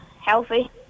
Healthy